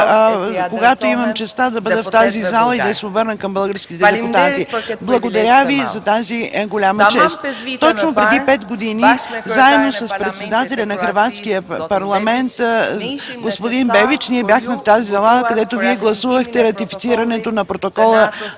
който имам честта да бъда в тази зала и да се обърна към българските депутати. Благодаря Ви за тази голяма чест. Точно преди пет години заедно с председателя на Хърватския парламент господин Бебич ние бяхме в тази зала, където Вие гласувахте ратифицирането на Протокола